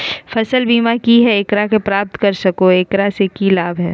फसल बीमा की है, एकरा के प्राप्त कर सको है, एकरा से की लाभ है?